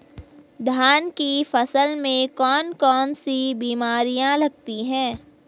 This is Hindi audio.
धान की फसल में कौन कौन सी बीमारियां लगती हैं?